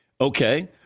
Okay